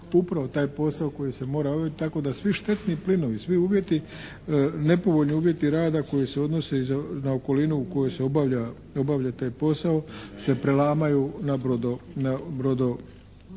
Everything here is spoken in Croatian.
obaviti taj posao koji se mora obaviti tako da svi štetni plinovi, svi nepovoljni uvjeti rada koji se odnose na okolinu u kojoj se obavlja taj posao se prelamaju na brodomonteru